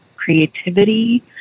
creativity